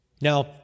Now